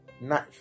knife